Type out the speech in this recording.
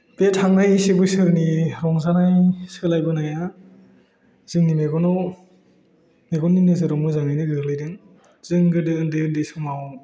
बे थांनाय बोसोरनि रंजानाय सोलायबोनाया जोंनि मेगनाव मेगननि नोजोराव मोजाङैनो गोग्लैदों जों गोदो उन्दै उन्दै समाव